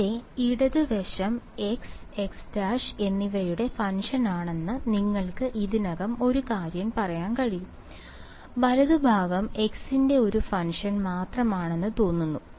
ഇവിടെ ഇടത് വശം x x' എന്നിവയുടെ ഫംഗ്ഷനാണെന്ന് നിങ്ങൾക്ക് ഇതിനകം ഒരു കാര്യം പറയാൻ കഴിയും വലതുഭാഗം x ന്റെ ഒരു ഫംഗ്ഷൻ മാത്രമാണെന്ന് തോന്നുന്നു